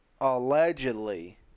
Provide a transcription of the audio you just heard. allegedly